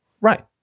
Right